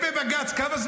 הם בבג"ץ.